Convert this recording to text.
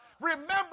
Remember